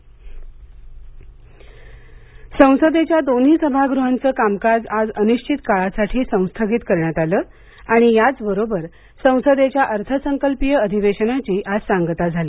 लोकसभा राज्यसभा कामकाज संस्थगित संसदेच्या दोन्ही सभागृहांचं कामकाज आज अनिश्वित काळासाठी संस्थगित करण्यात आलं आणि याच बरोबर संसदेच्या अर्थसंकल्पीय अधिवेशनाची आज सांगता झाली